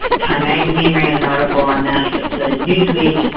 time magazine ran an article on this, so did newsweek.